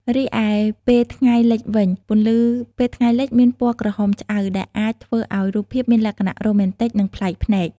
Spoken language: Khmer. រីឯពេលថ្ងៃលិចវិញ ពន្លឺពេលថ្ងៃលិចមានពណ៌ក្រហមឆ្អៅ ដែលអាចធ្វើឲ្យរូបភាពមានលក្ខណៈរ៉ូមែនទិក និងប្លែកភ្នែក។